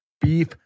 beef